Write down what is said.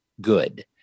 good